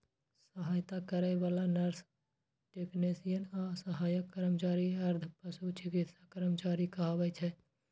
सहायता करै बला नर्स, टेक्नेशियन आ सहायक कर्मचारी अर्ध पशु चिकित्सा कर्मचारी कहाबै छै